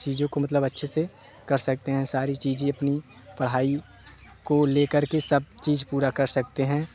चीज़ों को मतलब अच्छे से कर सकते हैं सारी चीज़ें अपनी पढ़ाई को ले कर के सब चीज़ पूरा कर सकते हैं